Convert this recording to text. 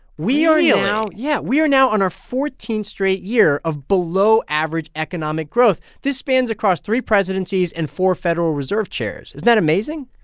we are yeah now. really? yeah, we are now on our fourteenth straight year of below-average economic growth. this spans across three presidencies and four federal reserve chairs. isn't that amazing?